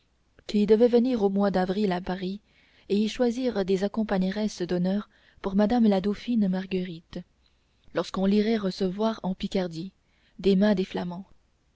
qui devaient venir au mois d'avril à paris et y choisir des accompagneresses d'honneur pour madame la dauphine marguerite lorsqu'on l'irait recevoir en picardie des mains des flamands